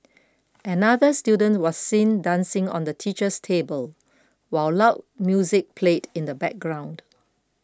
another student was seen dancing on the teacher's table while loud music played in the background